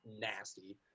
nasty